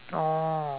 orh